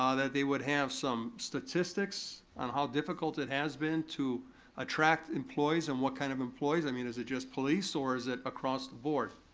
that they would have some statistics on how difficult it has been to attract employees, and what kind of employees, i mean is it just police, or is it across the board?